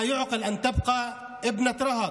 לא ייתכן שילדת רהט,